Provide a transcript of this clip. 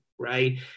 Right